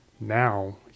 now